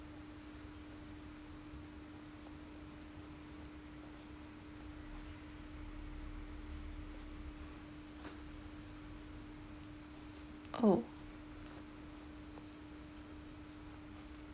oh